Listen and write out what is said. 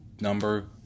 number